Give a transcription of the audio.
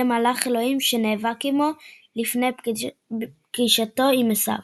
מלאך אלוהים שנאבק עמו לפני פגישתו עם עשו.